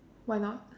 why not